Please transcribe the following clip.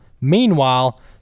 meanwhile